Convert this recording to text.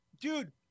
dude